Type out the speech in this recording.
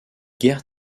guerres